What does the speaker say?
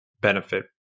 benefit